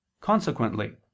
Consequently